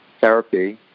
therapy